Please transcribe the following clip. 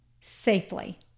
safely